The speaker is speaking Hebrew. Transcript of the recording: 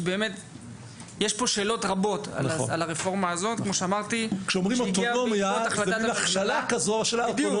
יש פה שאלות רבות על הרפורמה הזאת שהגיעה בעקבות החלטת הממשלה לדיון.